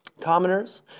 Commoners